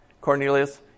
Cornelius